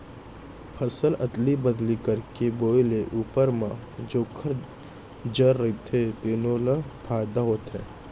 फसल अदली बदली करके बोए ले उप्पर म जेखर जर रहिथे तेनो ल फायदा होथे